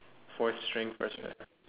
fourth string first